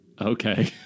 Okay